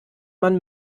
man